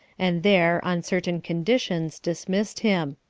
and there, on certain conditions, dismissed him.